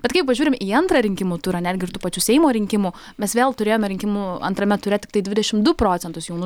bet kai pažiūrime į antrą rinkimų turą netgi ir tų pačių seimo rinkimų mes vėl turėjome rinkimų antrame ture tiktai dvidešimt du procentus jaunų